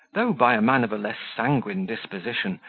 though, by a man of a less sanguine disposition,